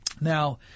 Now